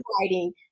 writing